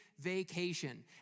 vacation